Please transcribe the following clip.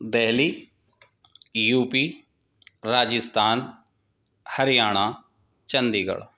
Delhi UP Rajasthan Haryana Chandi Garh